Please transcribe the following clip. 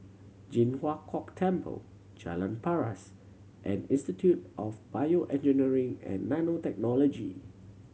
Ji Huang Kok Temple Jalan Paras and Institute of BioEngineering and Nanotechnology